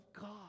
God